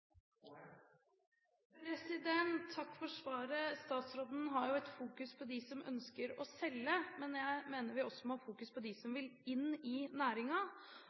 Takk for svaret. Statsråden har fokus på dem som ønsker å selge, men jeg mener at vi også må ha fokus på dem som vil inn i